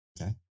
Okay